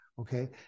Okay